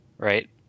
Right